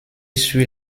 suit